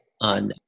on